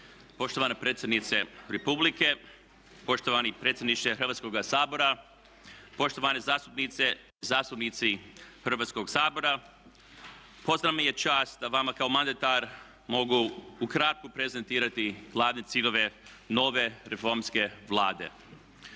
Poštovana predsjednice Republike, poštovani predsjedniče Hrvatskoga sabora, poštovane zastupnice i zastupnici Hrvatskoga sabora. Posebna mi je čast da vama kao mandatar mogu ukratko prezentirati glavne ciljeve nove reformske Vlade.